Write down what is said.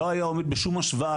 לא היה עומד בשום השוואה,